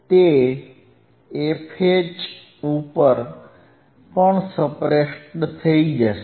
તે fH ઉપર પણ સપ્રેસ્ડ થઇ જશે